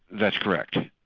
that's correct.